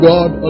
God